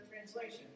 translation